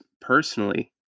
personally